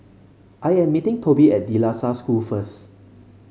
I am meeting Tobin at De La Salle School first